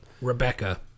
rebecca